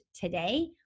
today